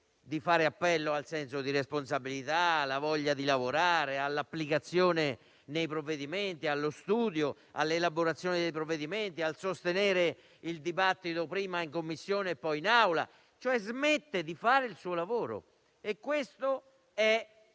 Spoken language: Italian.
di fare appello al senso di responsabilità, alla voglia di lavorare e di applicarsi, allo studio e all'elaborazione dei provvedimenti, al sostegno del dibattito prima in Commissione e poi in Aula. Smette di fare il suo lavoro e questo è